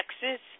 Texas